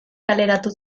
kaleratu